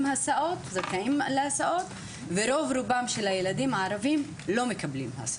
זכאים להסעות ורוב רובם של הילדים הערבים לא מקבלים הסעות.